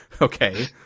Okay